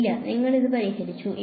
ഇല്ല നിങ്ങൾ ഇത് പരിഹരിച്ചു